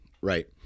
Right